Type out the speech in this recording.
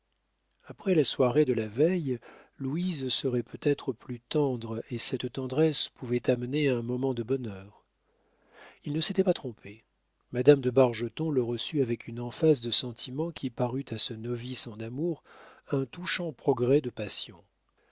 après la soirée de la veille louise serait peut-être plus tendre et cette tendresse pouvait amener un moment de bonheur il ne s'était pas trompé madame de bargeton le reçut avec une emphase de sentiment qui parut à ce novice en amour un touchant progrès de passion